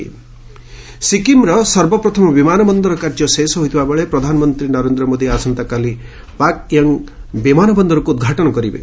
PM Sikkim ସିକିମ୍ର ସର୍ବପ୍ରଥମ ବିମାନ ବନ୍ଦର କାର୍ଯ୍ୟ ଶେଷ ହୋଇଥିବାବେଳେ ପ୍ରଧାନମନ୍ତ୍ରୀ ନରେନ୍ଦ୍ର ମୋଦି ଆସନ୍ତାକାଲି ପାକ୍ୟଙ୍ଗ୍ ବିମାନ ବନ୍ଦରକୁ ଉଦ୍ଘାଟନ କରିବେ